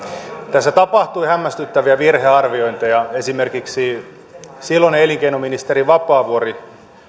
tässä tapahtui hämmästyttäviä virhearviointeja esimerkiksi silloinen elinkeinoministeri vapaavuori